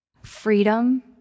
Freedom